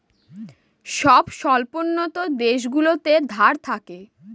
সব স্বল্পোন্নত দেশগুলোতে ধার থাকে